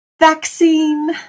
vaccine